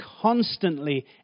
constantly